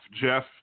Jeff